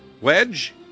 Wedge